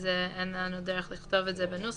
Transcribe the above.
אין לנו דרך לכתוב בנוסח,